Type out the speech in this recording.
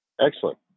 Excellent